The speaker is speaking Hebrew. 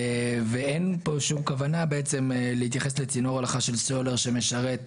אין פה שום כוונה להתייחס לצינור הולכה של סולר שמשרת תחנה,